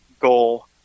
goal